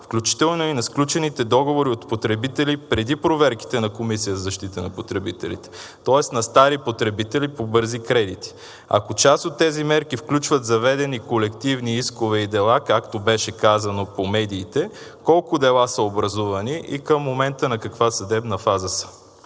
включително и на сключените договори от потребители преди проверките на Комисията за защита на потребителите, тоест на стари потребители по бързи кредити? Ако част от тези мерки включват заведени колективни искове и дела, както беше казано по медиите, колко дела са образувани и към момента на каква съдебна фаза са?